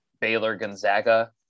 Baylor-Gonzaga